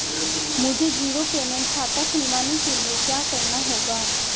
मुझे zero payment खाता खुलवाने के लिए क्या करना होगा?